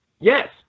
Yes